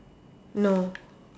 no